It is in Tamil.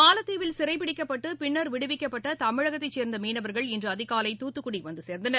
மாலத்தீவில் சிறை பிடிக்கப்பட்டு பின்னா் விடுவிக்கப்பட்ட தமிழகத்தைச் சோ்ந்த மீனவா்கள் இன்று அதிகாலை தூத்துக்குடி வந்து சேர்ந்தனர்